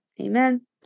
Amen